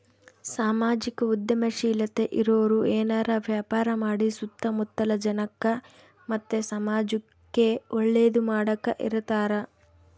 ಸಾಮಾಜಿಕ ಉದ್ಯಮಶೀಲತೆ ಇರೋರು ಏನಾರ ವ್ಯಾಪಾರ ಮಾಡಿ ಸುತ್ತ ಮುತ್ತಲ ಜನಕ್ಕ ಮತ್ತೆ ಸಮಾಜುಕ್ಕೆ ಒಳ್ಳೇದು ಮಾಡಕ ಇರತಾರ